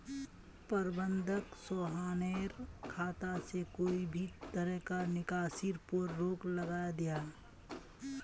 प्रबंधक सोहानेर खाता से कोए भी तरह्कार निकासीर पोर रोक लगायें दियाहा